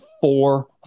four